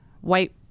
white